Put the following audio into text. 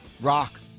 Rock